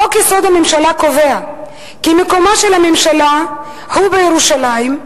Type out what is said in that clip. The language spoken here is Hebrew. חוק-יסוד: הממשלה קובע כי מקומה של הממשלה הוא בירושלים.